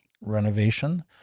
renovation